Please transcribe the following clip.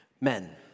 Men